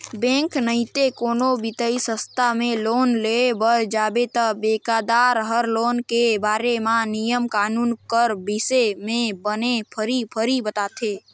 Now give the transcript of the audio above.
bank नइते कोनो बित्तीय संस्था में लोन लेय बर जाबे ता बेंकदार हर लोन के बारे म नियम कानून कर बिसे में बने फरी फरी बताथे